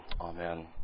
Amen